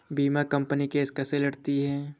बीमा company case कैसे लड़ती है?